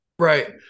Right